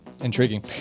intriguing